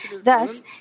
Thus